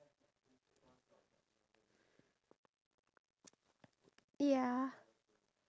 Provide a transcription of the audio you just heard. harder to socialise with the people around them even though they are forced to